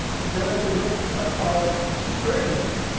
and then i say look at our curriculum.